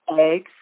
eggs